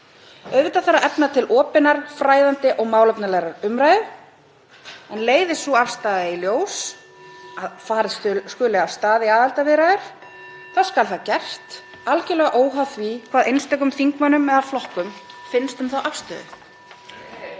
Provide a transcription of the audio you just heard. Auðvitað þarf að efna til opinnar, fræðandi og málefnalegrar umræðu. Leiði sú afstaða í ljós að farið skuli af stað í aðildarviðræður skal það gert algerlega óháð því hvað einstökum þingmönnum eða flokkum finnst um þá afstöðu.